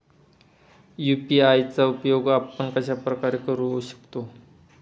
UPI चा उपयोग आपण कशाप्रकारे करु शकतो?